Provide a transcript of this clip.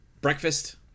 breakfast